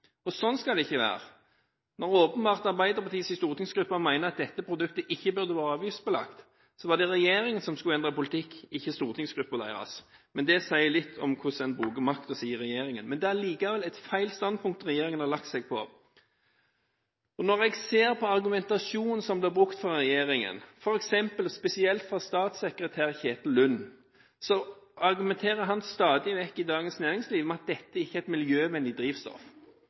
Sånn skal det ikke være. Når Arbeiderpartiets stortingsgruppe åpenbart mener at dette produktet ikke burde vært avgiftsbelagt, var det regjeringen som skulle endret politikk – ikke stortingsgruppen deres. Det sier litt om hvordan en bruker makten sin i regjeringen. Det er likevel et feil standpunkt regjeringen har tatt. Når jeg ser på argumentasjonen som blir brukt av regjeringen – f.eks. argumenterer statssekretær Kjetil Lund stadig vekk i Dagens Næringsliv med at dette ikke er et miljøvennlig drivstoff. Jo, dette er et høyst miljøvennlig drivstoff.